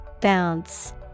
Bounce